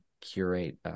curate